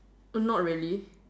not really